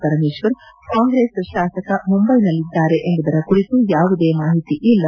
ಪರಮೇಶ್ವರ್ ಕಾಂಗ್ರೆಸ್ ಶಾಸಕ ಮುಂಬೈನಲ್ಲಿದ್ದಾರೆ ಎಂಬುದರ ಕುರಿತು ಯಾವುದೇ ಮಾಹಿತಿ ಇಲ್ಲ